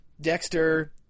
Dexter